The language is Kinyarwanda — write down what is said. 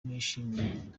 nishimye